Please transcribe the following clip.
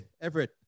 Everett